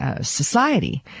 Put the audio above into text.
society